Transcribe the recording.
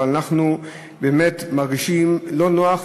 אבל אנחנו באמת מרגישים לא נוח,